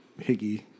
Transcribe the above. Higgy